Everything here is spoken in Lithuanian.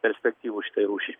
perspektyvų šitai rūšiai